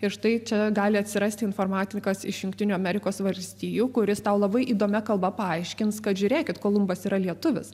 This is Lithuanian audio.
ir štai čia gali atsirasti informatikas iš jungtinių amerikos valstijų kuris tau labai įdomia kalba paaiškins kad žiūrėkit kolumbas yra lietuvis